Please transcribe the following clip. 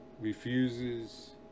refuses